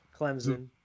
Clemson